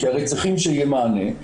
כי הרי צריכים שיהיה מענה,